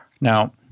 Now